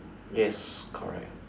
yes correct